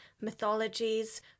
mythologies